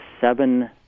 seven